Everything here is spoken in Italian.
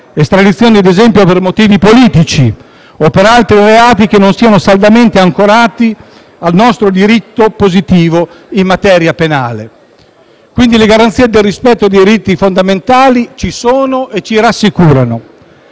estradizioni per motivi politici o per altri reati che non siano saldamente ancorati al nostro diritto positivo in materia penale. Pertanto, le garanzie del rispetto diritti fondamentali ci sono e ci rassicurano